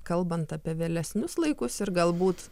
kalbant apie vėlesnius laikus ir galbūt